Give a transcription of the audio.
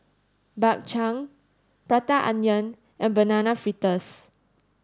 Bak Chang Prata onion and banana fritters